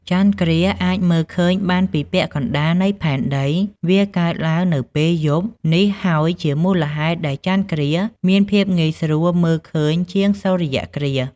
ចន្ទគ្រាសអាចមើលឃើញបានពី ពាក់កណ្ដាលនៃផែនដី វាកើតឡើងនៅពេលយប់ នេះហើយជាមូលហេតុដែលចន្ទគ្រាសមានភាពងាយស្រួលមើលឃើញជាងសូរ្យគ្រាស ។